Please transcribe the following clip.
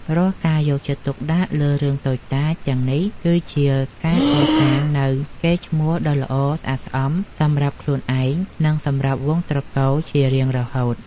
រាល់ការយកចិត្តទុកដាក់លើរឿងតូចតាចទាំងនេះគឺជាការកសាងនូវកេរ្តិ៍ឈ្មោះដ៏ល្អស្អាតស្អំសម្រាប់ខ្លួនឯង និង សម្រាប់វង្សត្រកូលជារៀងរហូត។